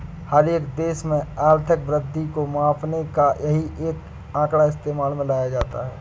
हर एक देश में आर्थिक वृद्धि को मापने का यही एक आंकड़ा इस्तेमाल में लाया जाता है